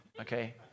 okay